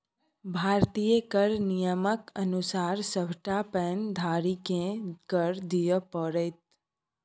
भारतीय कर नियमक अनुसार सभटा पैन धारीकेँ कर दिअ पड़तै